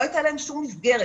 לא הייתה להם שום מסגרת.